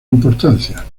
importancia